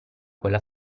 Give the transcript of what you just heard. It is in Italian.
quella